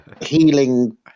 healing